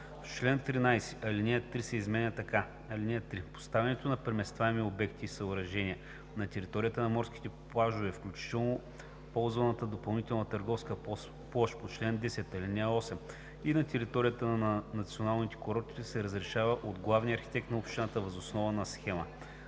чл.13 ал. 3 се изменя така: „(3) Поставянето на преместваеми обекти и съоръжения на територията на морските плажове, включително ползваната допълнителна търговска площ по чл. 10, ал. 8, и на територията на националните курорти се разрешава от главния архитект на общината въз основа на схема.